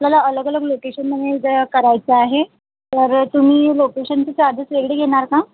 आपल्याला अलग अलग लोकेशनमध्ये करायचं आहे तर तुम्ही लोकेशनचे चार्जेस वेगळे घेणार का